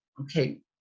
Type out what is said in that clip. okay